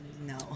No